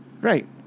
Right